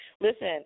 Listen